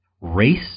Race